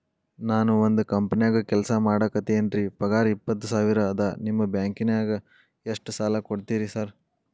ನಾನ ಒಂದ್ ಕಂಪನ್ಯಾಗ ಕೆಲ್ಸ ಮಾಡಾಕತೇನಿರಿ ಪಗಾರ ಇಪ್ಪತ್ತ ಸಾವಿರ ಅದಾ ನಿಮ್ಮ ಬ್ಯಾಂಕಿನಾಗ ಎಷ್ಟ ಸಾಲ ಕೊಡ್ತೇರಿ ಸಾರ್?